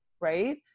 right